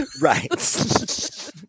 Right